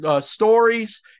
stories